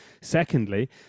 Secondly